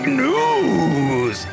news